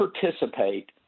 participate